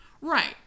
Right